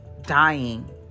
dying